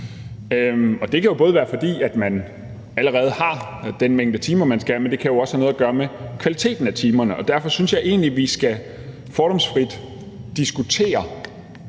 Det kan jo være, fordi man allerede har den mængde timer, man skal have, men det kan jo også have noget at gøre med kvaliteten af timerne. Derfor synes jeg egentlig, vi fordomsfrit skal diskutere,